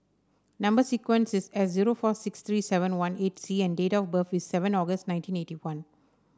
number sequence is S zero six four three seven eighteen C and date of birth is seven August nineteen eighty one